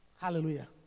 Hallelujah